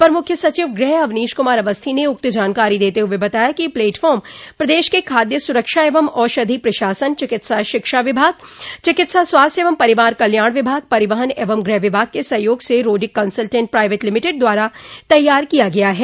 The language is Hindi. अपर मुख्य सचिव गृह अवनीश कुमार अवस्थी ने उक्त जानकारी देते हुए बताया कि यह प्लेटफार्म प्रदेश के खाद्य सुरक्षा एवं औषधि प्रशासन चिकित्सा शिक्षा विभाग चिकित्सा स्वास्थ्य एवं परिवार कल्याण विभाग परिवहन एवं गृह विभाग के सहयोग से रोडिक कसल्टेट प्राइवेट लिमिटेड द्वारा तैयार किया गया है